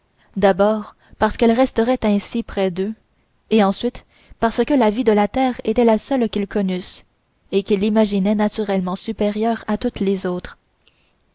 savait dabord parce qu'elle resterait ainsi près d'eux et ensuite parce que la vie de la terre était la seule qu'ils connussent et qu'ils l'imaginaient naturellement supérieure à toutes les autres